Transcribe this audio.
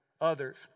others